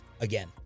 Again